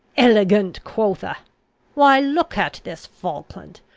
elegant quotha why, look at this falkland!